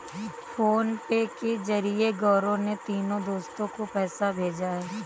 PhonePe के जरिए गौरव ने तीनों दोस्तो को पैसा भेजा है